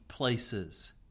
Places